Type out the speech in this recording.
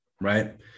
Right